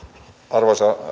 arvoisa